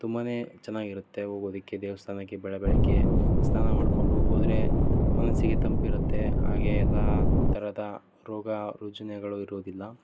ತುಂಬ ಚೆನ್ನಾಗಿರುತ್ತೆ ಹೋಗೋದಿಕ್ಕೆ ದೇವಸ್ಥಾನಕ್ಕೆ ಬೆಳ ಬೆಳಗ್ಗೆ ಸ್ನಾನ ಮಾಡಿಕೊಂಡು ಹೋದ್ರೆ ಮನಸ್ಸಿಗೆ ತಂಪು ಇರುತ್ತೆ ಹಾಗೆ ಎಲ್ಲ ಥರದ ರೋಗ ರುಜಿನಗಳು ಇರುವುದಿಲ್ಲ